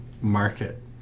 market